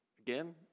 again